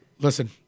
listen